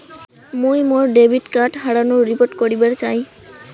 মুই মোর debit card হারানোর রিপোর্ট করিবার চাই